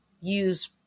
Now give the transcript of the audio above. use